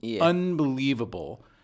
unbelievable